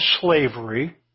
slavery